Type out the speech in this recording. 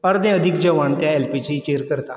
अर्दे अदीक जेवण त्या एलपीजीचेर करता